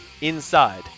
inside